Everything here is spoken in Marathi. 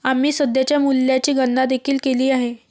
आम्ही सध्याच्या मूल्याची गणना देखील केली आहे